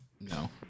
No